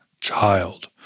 Child